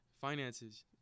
finances